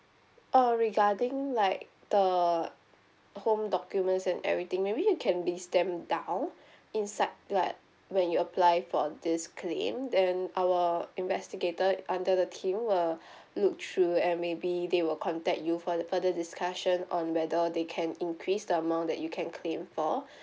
err regarding like the home documents and everything maybe you can list them down inside like when you apply for this claim then our investigator under the team will look through and maybe they will contact you further further discussion on whether they can increase the amount that you can claim for